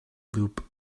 loop